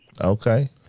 Okay